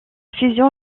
fusion